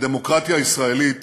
הדמוקרטיה הישראלית